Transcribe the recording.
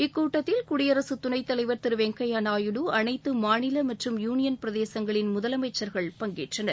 இக்கூட்டத்தில் குடியரகத் துணைத் தலைவர் திரு வெங்கய்யா நாயுடு அனைத்து மாநில மற்றும் யூனியன் பிரதேசங்களின் முதலமைச்சர்கள் பங்கேற்றனர்